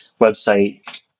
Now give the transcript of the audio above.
website